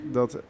dat